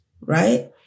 right